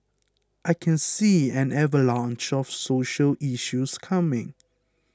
I can see an avalanche of social issues coming